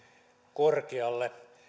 korkealle